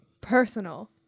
Personal